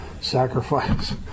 sacrifice